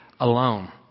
alone